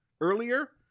earlier